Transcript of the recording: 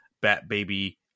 Bat-Baby